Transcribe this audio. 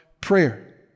prayer